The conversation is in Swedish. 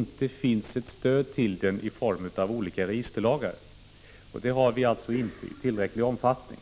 1985/86:53 stöd till den i form av olika registerlagar, och sådana har vi alltså inte i 17 december 1985 tillräcklig omfattning.